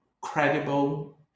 credible